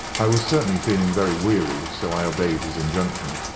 i was certainly feeling very weary, so i obeyed his injunction.